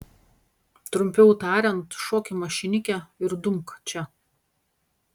trumpiau tariant šok į mašinikę ir dumk čia